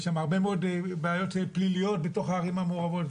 יש שם הרבה מאוד בעיות פליליות בתוך הערים המעורבות,